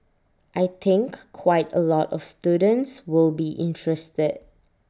I think quite A lot of students will be interested